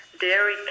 dairy